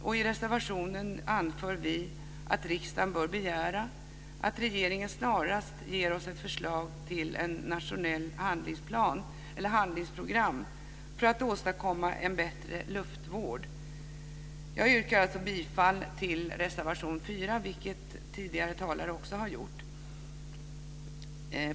I reservationen anför vi att riksdagen bör begära att regeringen snarast ger oss ett förslag till ett nationellt handlingsprogram för att åstadkomma en bättre luftvård. Jag yrkar alltså bifall till reservation 4, vilket tidigare talare också har gjort.